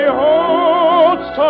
holds